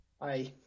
Bye